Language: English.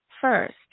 first